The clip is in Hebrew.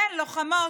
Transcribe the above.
כן, לוחמות.